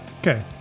Okay